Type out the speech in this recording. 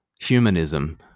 humanism